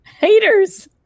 haters